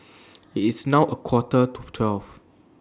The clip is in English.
IT IS now A Quarter to twelve